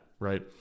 right